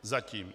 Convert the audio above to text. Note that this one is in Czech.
Zatím.